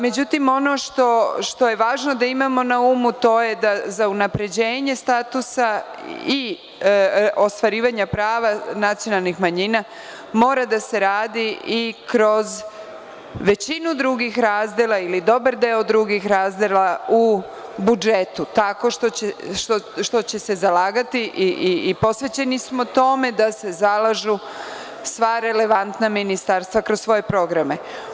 Međutim, ono što je važno da imamo na umu to je da za unapređenje statusa i ostvarivanja prava nacionalnih manjina mora da se radi i kroz većinu drugih razdela, ili dobar deo drugih razdela u budžetu, tako što će se zalagati i posvećeni smo tome da se zalažu sva relevantna ministarstva kroz svoje programe.